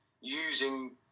using